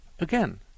again